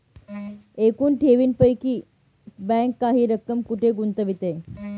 एकूण ठेवींपैकी बँक काही रक्कम कुठे गुंतविते?